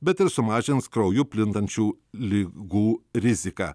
bet ir sumažins krauju plintančių ligų riziką